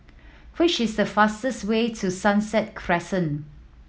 which is the fastest way to Sunset Crescent